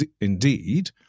indeed